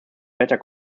better